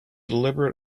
deliberate